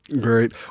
Great